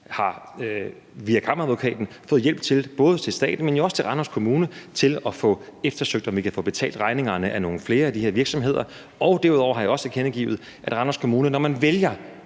vi via Kammeradvokaten har fået hjælp, både staten, men også Randers Kommune, til at få undersøgt, om vi kan få betalt regningerne af nogle flere af de her virksomheder. Derudover har jeg også tilkendegivet, at Randers Kommune, når man vælger